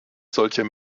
solcher